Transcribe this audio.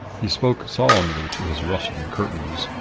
he spoke solemnly to his rustling curtains.